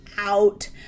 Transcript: out